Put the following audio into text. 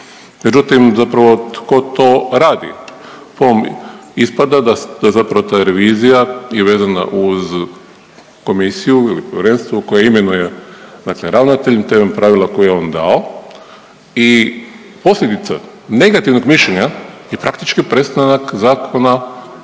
međutim, zapravo tko to radi? Po ovom ispada da zapravo ta revizija je vezana uz komisiju ili povjerenstvo u koje imenuje dakle ravnatelj temeljem pravila koje je on dao i posljedice negativnog mišljenja je praktički prestanak zakona,